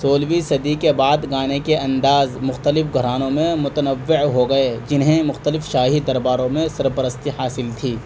سولہویں صدی کے بعد گانے کے انداز مختلف گھرانوں میں متنوع ہو گئے جنہیں مختلف شاہی درباروں میں سرپرستی حاصل تھی